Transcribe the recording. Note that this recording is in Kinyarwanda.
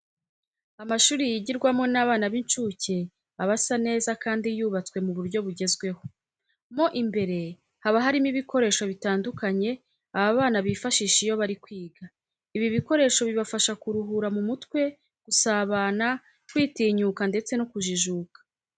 Amashuri yigirwamo n'abana b'incuke aba asa neza kandi yubatswe mu buryo bugezweho. Mo imbere haba harimo ibikoresho bitandukanye aba bana bifashisha iyo bari kwiga. Ibi bikoresho bibafasha kuruhura mu mutwe, gusabana, kwitinyuka ndetse no kujijuka.